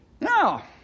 Now